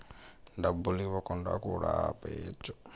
డబ్బులు ఇవ్వకుండా కూడా ఆపేయచ్చు